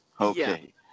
Okay